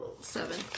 Seven